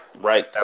right